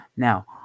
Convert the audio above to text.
Now